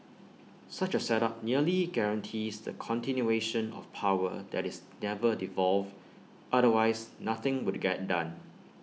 such A setup nearly guarantees the continuation of power that is never devolved otherwise nothing would get done